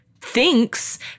thinks